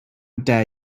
dare